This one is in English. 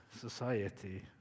society